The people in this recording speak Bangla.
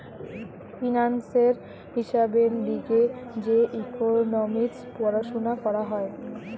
ফিন্যান্সের হিসাবের লিগে যে ইকোনোমিক্স পড়াশুনা করা হয়